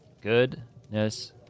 goodness